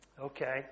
Okay